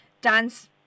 dance